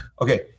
okay